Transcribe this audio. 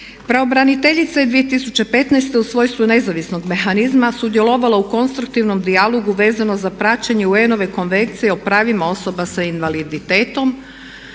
Pravobraniteljica je 2015. u svojstvu nezavisnog mehanizma sudjelovala u konstruktivnom dijalogu vezano za praćenje UN-ove Konvencije o pravima osoba sa invaliditetom